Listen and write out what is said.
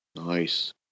Nice